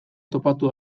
topatu